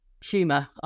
humor